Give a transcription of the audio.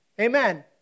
Amen